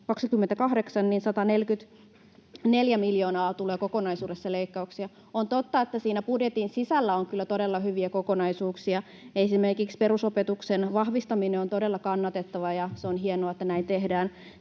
mennessä 144 miljoonaa tulee kokonaisuudessaan leikkauksia. On totta, että siinä budjetin sisällä on kyllä todella hyviä kokonaisuuksia. Esimerkiksi perusopetuksen vahvistaminen on todella kannatettavaa, ja se on hienoa, että näin tehdään.